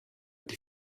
die